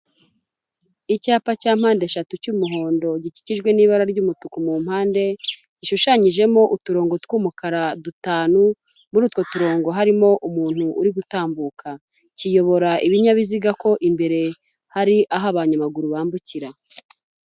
Icyapa cya mpandeshatu cy'umuhondo gikijwe n'ibara ry'umutuku mu mpande, gishushanyijemo uturongo tw'umukara dutanu, muri utwo turongo harimo umuntu uri gutambuka. Kiyobora ibinyabiziga ko imbere hari aho abanyamaguru bambukira.